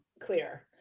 clear